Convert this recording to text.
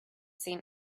seen